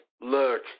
look